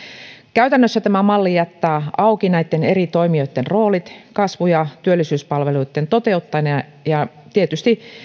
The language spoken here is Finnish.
käytännössä tämä malli jättää auki näitten eri toimijoitten roolit kasvu ja työllisyyspalveluitten toteuttajina tietysti